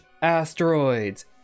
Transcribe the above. asteroids